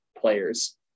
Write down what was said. players